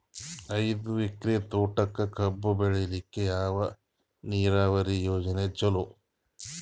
ಐದು ಎಕರೆ ತೋಟಕ ಕಬ್ಬು ಬೆಳೆಯಲಿಕ ಯಾವ ನೀರಾವರಿ ಯೋಜನೆ ಚಲೋ?